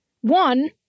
One